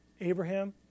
Abraham